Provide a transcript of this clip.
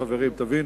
חברים, תבינו.